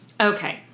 Okay